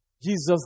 Jesus